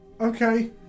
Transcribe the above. Okay